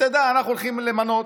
תדע שאנחנו הולכים למנות,